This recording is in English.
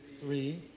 three